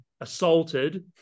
assaulted